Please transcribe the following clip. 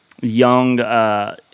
young